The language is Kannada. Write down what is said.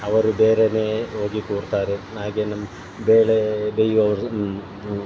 ಅವರು ಬೇರೆಯೇ ಹೋಗಿ ಕೂರ್ತಾರೆ ಹಾಗೆ ನಮ್ಮ ಬೆಳೆ ಬೆಳೆಯುವವರು